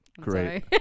Great